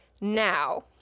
now